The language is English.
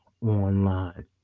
online